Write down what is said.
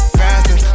faster